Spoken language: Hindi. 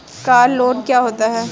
कार लोन क्या होता है?